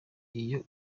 iyo